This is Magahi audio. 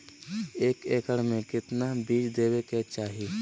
एक एकड़ मे केतना बीज देवे के चाहि?